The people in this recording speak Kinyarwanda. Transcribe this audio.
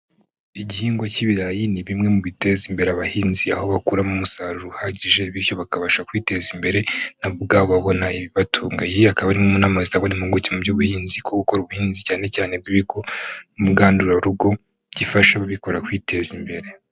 Igihingwa cy'ibirayi ni bimwe mu biteza imbere abahinzi aho bakuramo umusaruro uhagije bityo bakabasha kwiteza imbere nabwo ubwabo babona ibibatunga. Iyi akaba ari imwe mu nama zitangwa n'impuguke mu by'ubuhinzi ko gukora ubuhinzi cyane cyane bw'ibigo ngandurarugo gifasha ababikora kwiteza imbere.